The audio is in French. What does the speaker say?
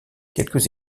quelques